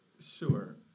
Sure